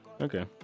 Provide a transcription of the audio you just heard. Okay